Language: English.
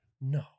No